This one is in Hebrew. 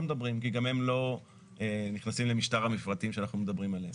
מדברים כי הם לא נכנסים למשטר המפרטים שאנחנו מדברים עליהם.